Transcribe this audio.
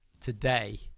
today